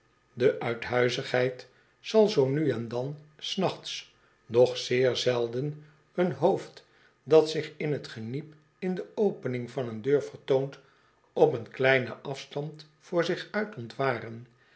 de uithuizigheid zal zoo nu en dan s nachts doch zeer zelden een hoofd dat zich in t geniep in de opening van een deur vertoont op een kleinen afstand voor zich uit